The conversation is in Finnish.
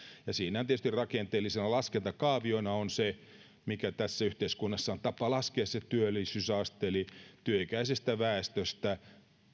siinä tietysti rakenteellisena laskentakaaviona on se miten tässä yhteiskunnassa on tapana laskea työllisyysaste eli työikäisestä väestöstä